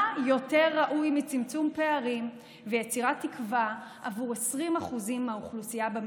מה יותר ראוי מצמצום פערים ויצירת תקווה עבור 20% מהאוכלוסייה במדינה,